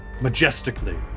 majestically